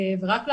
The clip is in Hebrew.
ורק לאחרונה,